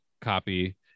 copy